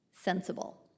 Sensible